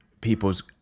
people's